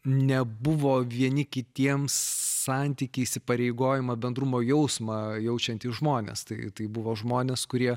nebuvo vieni kitiems santykį įsipareigojimą bendrumo jausmą jaučiantys žmonės tai tai buvo žmones kurie